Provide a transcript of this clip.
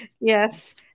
Yes